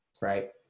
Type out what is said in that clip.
right